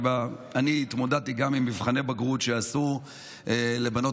כי גם אני התמודדתי עם מבחני בגרות שעשו לבנות